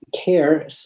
care